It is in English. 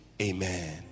Amen